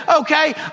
okay